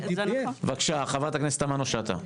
בבקשה ח"כ תמנו שטה.